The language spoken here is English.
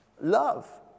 Love